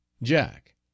jack